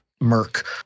merc